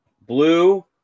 blue